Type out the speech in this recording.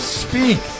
speak